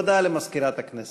הודעה למזכירת הכנסת.